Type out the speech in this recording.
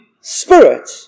spirit